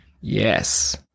yes